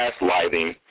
gaslighting